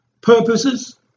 purposes